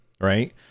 right